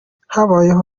habayeho